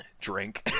Drink